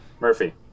Murphy